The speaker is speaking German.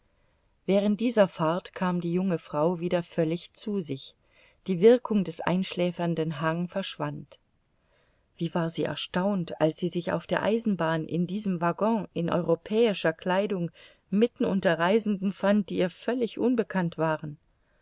während dieser fahrt kam die junge frau wieder völlig zu sich die wirkung des einschläfernden hang verschwand wie war sie erstaunt als sie sich auf der eisenbahn in diesem waggon in europäischer kleidung mitten unter reisenden fand die ihr völlig unbekannt waren